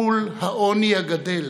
מול העוני הגדל.